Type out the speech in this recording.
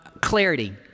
Clarity